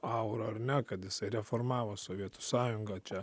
aurą ar ne kad jisai reformavo sovietų sąjungą čia